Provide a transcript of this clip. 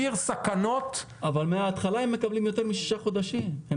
אבל מהתחלה הם מקבלים יותר משישה חודשים.